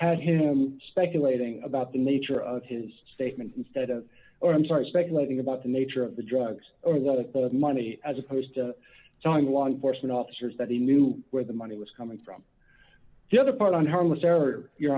had him speculating about the nature of his statement instead of or i'm sorry speculating about the nature of the drugs or the money as opposed to telling long forcing officers that he knew where the money was coming from the other part on harmless error or your